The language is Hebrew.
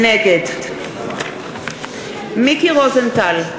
נגד מיקי רוזנטל,